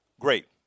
great